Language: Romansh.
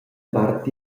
davart